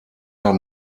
der